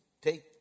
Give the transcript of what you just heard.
take